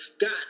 God